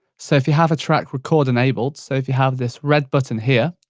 so if you have a track record enabled, so if you have this red button here,